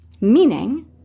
meaning